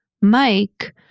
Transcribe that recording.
Mike